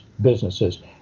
businesses